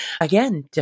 Again